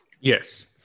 Yes